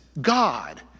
God